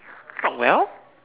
talk well